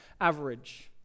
average